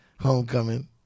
homecoming